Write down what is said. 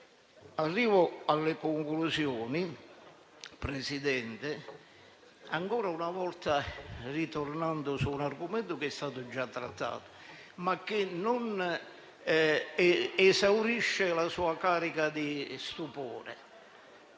avvio alla conclusione, Presidente, ritornando ancora una volta su un argomento che è stato già trattato, ma che non esaurisce la sua carica di stupore.